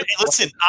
Listen